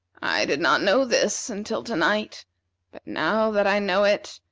i did not know this until to-night but now that i know it,